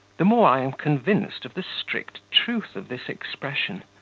the more i am convinced of the strict truth of this expression.